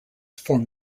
form